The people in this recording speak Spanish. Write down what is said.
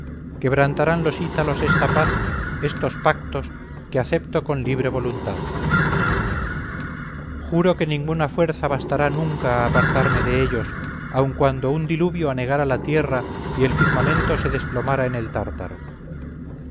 quebrantarán los ítalos esta paz estos pactos que acepto con libre voluntad juro que ninguna fuerza bastará nunca a apartarme de ellos aun cuando un diluvio anegara la tierra y el firmamento se desplomara en el tártaro